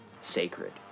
sacred